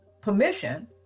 Permission